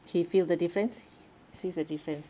she feels the difference sees the difference eh